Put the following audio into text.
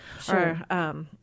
Sure